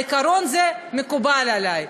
העיקרון הזה מקובל עלי.